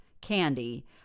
candy